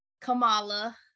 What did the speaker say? Kamala